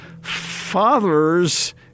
Fathers